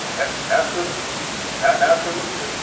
absolutely. absolutely.